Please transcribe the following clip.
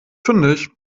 fündig